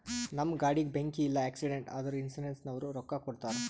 ನಮ್ ಗಾಡಿಗ ಬೆಂಕಿ ಇಲ್ಲ ಆಕ್ಸಿಡೆಂಟ್ ಆದುರ ಇನ್ಸೂರೆನ್ಸನವ್ರು ರೊಕ್ಕಾ ಕೊಡ್ತಾರ್